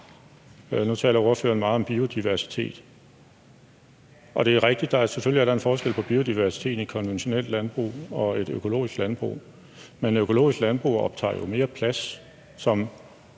Nu taler ordføreren meget om biodiversitet, og det er rigtigt, at der selvfølgelig er en forskel på biodiversiteten i konventionelt og økologisk landbrug, men et økologisk landbrug optager jo mere plads, som